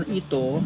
ito